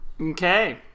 Okay